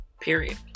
Period